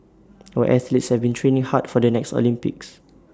our athletes have been training hard for the next Olympics